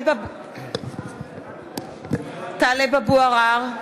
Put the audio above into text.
(קוראת בשמות חברי הכנסת) טלב אבו עראר,